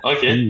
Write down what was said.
Okay